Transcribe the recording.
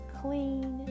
clean